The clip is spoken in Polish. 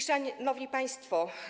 Szanowni Państwo!